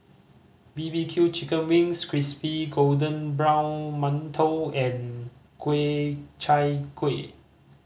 B B Q chicken wings crispy golden brown mantou and kue Chai Kuih